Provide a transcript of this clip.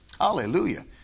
Hallelujah